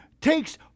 takes